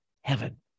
heaven